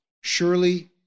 Surely